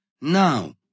Now